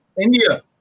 India